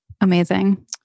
Amazing